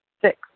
Six